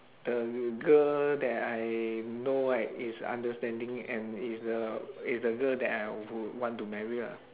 the girl that I know right is understanding and is the is the girl that I would want to marry lah